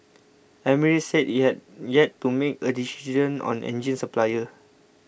Emirates said it had yet to make a decision on engine supplier